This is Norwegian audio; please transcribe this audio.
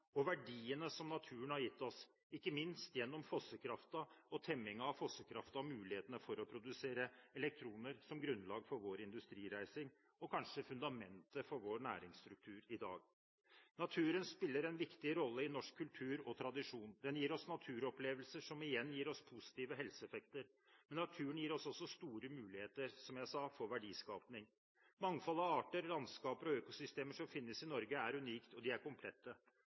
og verdiene som naturen har gitt oss, ikke minst gjennom fossekraften og temmingen av fossekraften og mulighetene for å produsere elektroner som grunnlag for vår industrireising og som kanskje er fundamentet for vår næringsstruktur i dag. Naturen spiller en viktig rolle i norsk kultur og tradisjon. Den gir oss naturopplevelser som igjen gir oss positive helseeffekter. Naturen gir oss også store muligheter, som jeg sa, for verdiskaping. Mangfoldet av arter, landskaper og økosystemer som finnes i Norge er unikt, og de er komplette.